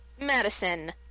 Madison